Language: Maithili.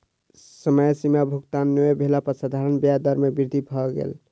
समय सीमा में भुगतान नै भेला पर साधारण ब्याज दर में वृद्धि भ गेल